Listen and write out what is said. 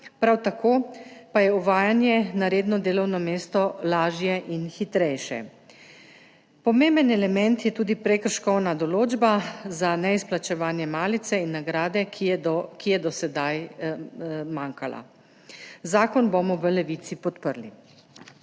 prav tako pa je uvajanje na redno delovno mesto lažje in hitrejše. Pomemben element je tudi prekrškovna določba za neizplačevanje malice in nagrade, ki je do sedaj manjkala. Zakon bomo v Levici podprli.